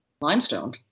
limestone